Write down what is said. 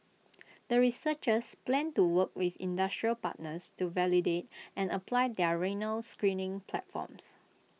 the researchers plan to work with industrial partners to validate and apply their renal screening platforms